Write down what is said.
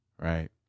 right